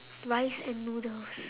rice and noodles